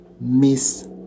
miss